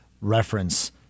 reference